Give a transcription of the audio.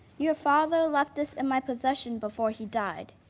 you're father left this in my possession before he died.